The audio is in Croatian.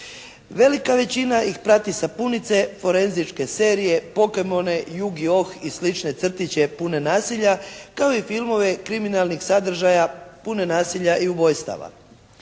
Velika većina ih prati sapunice, forenzičke serije, Pokemone, Yu-Gi-Oh i slične crtiće pune nasilja kao i filmove kriminalnih sadržaja pune nasilja i ubojstava.